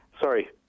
Sorry